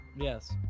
Yes